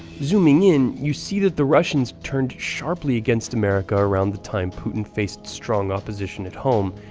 zooming in, you see that the russians turned sharply against america around the time putin faced strong opposition at home,